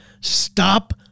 Stop